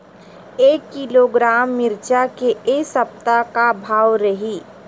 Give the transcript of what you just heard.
एक किलोग्राम मिरचा के ए सप्ता का भाव रहि?